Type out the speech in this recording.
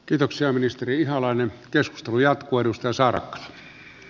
kiitoksia ministeri halonen keskustelu jatkui dusty saarakkala